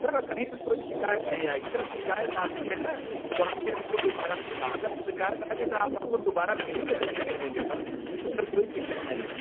sir कहीं से कोई भी शिकायत नहीं आएगी अगर शिकायत आती है ना तो आप फिर हमको दोबारा ना बोलना अगर शिकायत आगी तो आप हमको दोबारा फ्री में करके दे देंगे सर उसमें कोई दिक़्क़त नहीं है